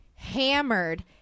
hammered